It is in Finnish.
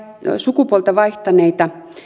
sukupuolta vaihtaneet